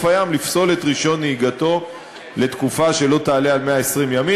הים לפסול את רישיון הנהיגה שלו לתקופה שלא תעלה על 120 ימים.